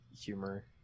humor